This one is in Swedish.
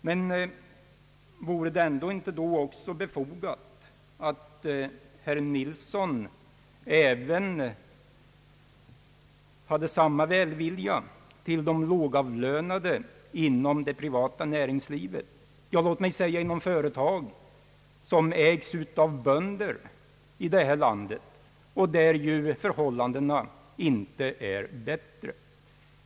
Men vore det ändå inte då även befogat att hysa samma välvilja gentemot de lågavlönade inom det privata näringslivet, låt mig säga inom företag som ägs av bönder i detta land och där förhållandena inte är bättre?